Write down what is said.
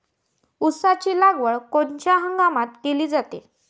ऊसाची लागवड कोनच्या हंगामात केली जाते?